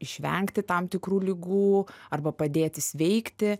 išvengti tam tikrų ligų arba padėti sveikti